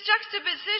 juxtaposition